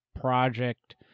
project